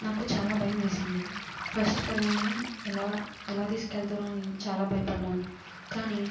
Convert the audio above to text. నాకు చాలా భయమేసింది ఫస్ట్ కదా అని ఎలా ఎలా తీసుకెళ్తారో అని చాలా భ యపడ్డాను కాని